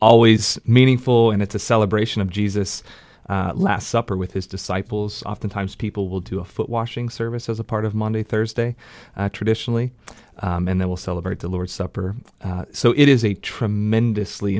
always meaningful and it's a celebration of jesus last supper with his disciples oftentimes people will do a foot washing service as a part of monday thursday traditionally and they will celebrate the lord's supper so it is a tremendously